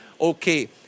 okay